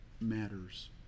matters